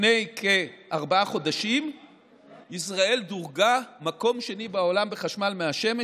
לפני כארבעה חודשים ישראל דורגה במקום השני בעולם בחשמל מהשמש,